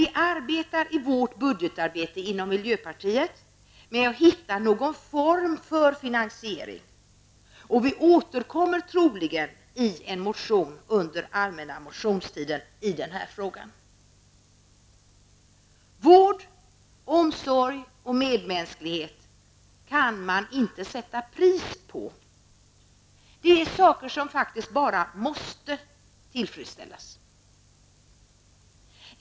Vi arbetar i miljöpartiet i vårt budgetarbete med att hitta någon form för finansiering, och vi återkommer troligen i en motion under allmänna motionstiden i den här frågan. Vård, omsorg och medmänsklighet kan man inte sätta ett pris på. Det är saker som faktiskt bara måste tillfredsställas.